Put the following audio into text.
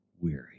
Weary